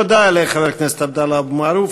תודה לחבר הכנסת עבדאללה אבו מערוף.